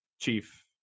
Chief